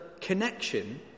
connection